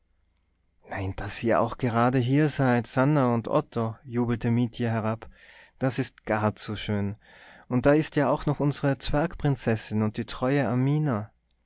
nein daß ihr auch gerade hier seid sannah und otto jubelte mietje herab das ist gar zu schön und da ist ja auch unsre zwergprinzessin und die treue amina